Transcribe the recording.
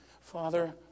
Father